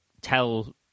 tell